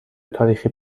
تاریخی